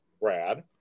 Brad